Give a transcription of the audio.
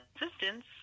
Assistance